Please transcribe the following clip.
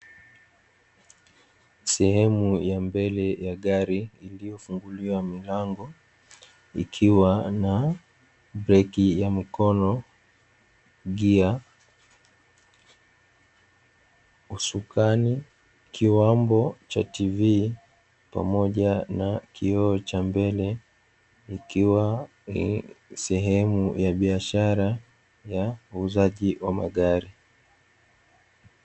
Sehemu ya mbele ya gari iliyofunguliwa milango ikiwa na breki ya mkono, gia, usukani, kiwambo cha tv pamoja na kioo cha mbele ikiwa ni sehemu ya biashara ya uuzaji wa magari.